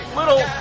little